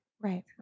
right